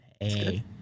Hey